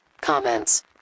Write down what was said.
comments